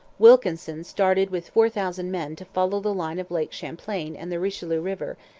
wilkinson started with four thousand men to follow the line of lake champlain and the richelieu river,